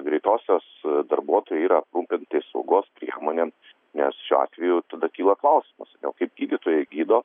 greitosios darbuotojai yra aprūpinti saugos priemonėm nes šiuo atveju tada kyla klausimas o kaip gydytojai gydo